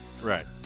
Right